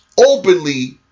openly